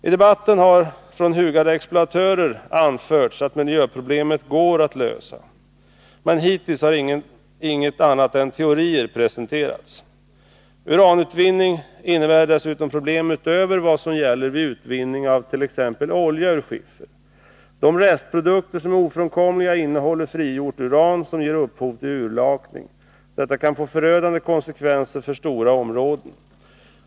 I debatten har från hugade exploatörer anförts att miljöproblemen går att lösa. Men hittills har inget annat än teorier presenterats. Uranutvinning innebär dessutom problem utöver vad som gäller vid utvinning av t.ex. olja ur skiffer. De restprodukter som är ofrånkomliga innehåller frigjort uran, som ger upphov till urlakning. Detta kan få förödande konsekvenser för stora områden.